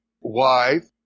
wife